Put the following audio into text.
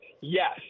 Yes